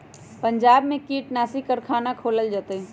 पंजाब में कीटनाशी कारखाना खोलल जतई